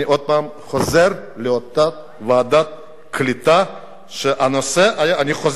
אני עוד פעם חוזר לאותה ועדת קליטה, והנושא היה: